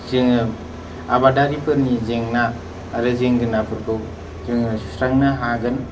जोङो आबादारिफोरनि जेंना आरो जेंगोनाफोरखौ जोङो सुस्रांनो हागोन